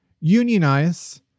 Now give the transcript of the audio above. Unionize